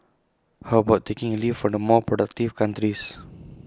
how about taking A leaf for the more productive countries